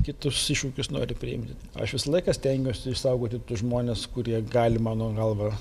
kitus iššūkius nori priimti aš visą laiką stengiuosi išsaugoti tus žmones kurie gali mano galva